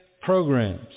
programs